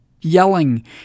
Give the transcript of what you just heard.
yelling